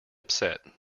upset